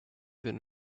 been